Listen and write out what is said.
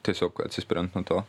tiesiog atsispiriant nuo to